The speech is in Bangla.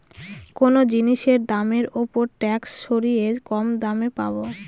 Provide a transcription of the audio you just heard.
কোনো জিনিসের দামের ওপর ট্যাক্স সরিয়ে কম দামে পাবো